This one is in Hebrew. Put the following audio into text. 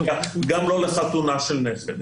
גם לא לחתונה של נכד.